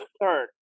third